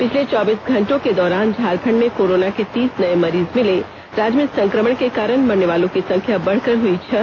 पिछले चौबीस घंटों के दौरान झारखंड में कोरोना के तीस नए मरीज मिले राज्य में संक्रमण के कारण मरने वालों की संख्या बढ़कर हुई छह